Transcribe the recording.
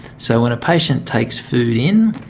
so when a patient takes food in,